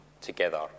together